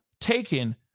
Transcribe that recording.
taken